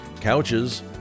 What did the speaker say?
couches